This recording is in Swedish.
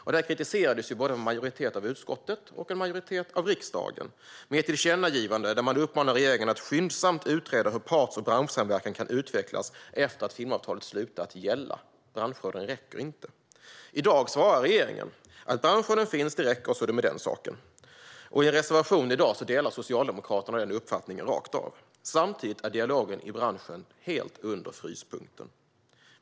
Det kritiserades både av en majoritet i utskottet och av en majoritet i riksdagen med ett tillkännagivande där man uppmanar regeringen att skyndsamt utreda hur parts och branschsamverkan kan utvecklas efter att filmavtalet slutat gälla. Branschråden räcker inte. I dag svarar regeringen: Branschråden finns - det räcker. Så är det med den saken. Och i en reservation i dag delar Socialdemokraterna den uppfattningen rakt av. Samtidigt är dialogen i branschen helt under fryspunkten.